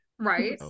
Right